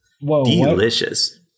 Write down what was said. Delicious